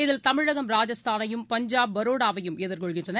இதில் தமிழகம் ராஜஸ்தானையும் பஞ்சாப் பரோடாவையும் எதிர்கொள்கின்றன